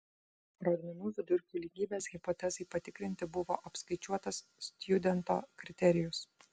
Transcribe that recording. rodmenų vidurkių lygybės hipotezei patikrinti buvo apskaičiuotas stjudento kriterijus